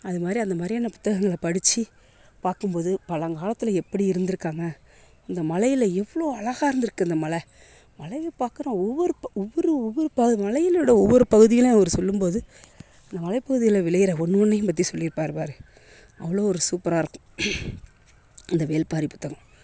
அதுமாதிரி அந்தமாரியான புத்தகங்களை படித்து பாக்கும் போது பழங்காலத்தில் எப்படி இருந்திருக்காங்க இந்த மலையில் எவ்வளோ அழகாக இருந்திருக்குது இந்த மலை மலையை பாக்கிற ஒவ்வொரு ஒவ்வொரு ஒவ்வொரு மலையினுடைய ஒவ்வொரு பகுதிலேயும் அவர் சொல்லும் போது அந்த மலைப்பகுதியில் விளையிற ஒன்று ஒன்றையும் பற்றி சொல்லிருப்பார் பார் அவ்வளோ ஒரு சூப்பராக இருக்கும் அந்த வேள்பாரி புத்தகம்